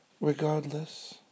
Regardless